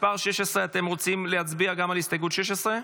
אתם רוצים להצביע גם על הסתייגות 16?